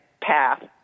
path